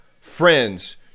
friends